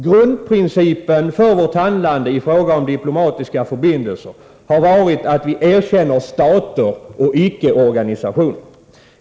Grundprincipen för vårt handlande i fråga om diplomatiska förbindelser har varit att vi erkänner stater och icke organisationer.